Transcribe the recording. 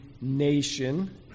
nation